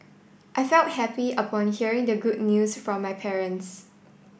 I felt happy upon hearing the good news from my parents